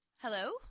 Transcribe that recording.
Hello